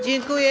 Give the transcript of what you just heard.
Dziękuję.